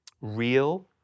real